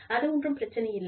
அது ஒன்றும் பிரச்சனை இல்லை